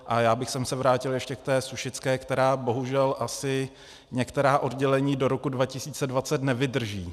A já bych se vrátil ještě k té sušické, která bohužel asi některá oddělení do roku 2020 nevydrží.